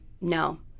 no